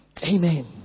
Amen